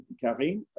Karine